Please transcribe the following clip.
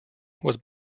was